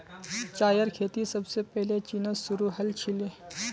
चायेर खेती सबसे पहले चीनत शुरू हल छीले